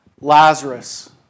Lazarus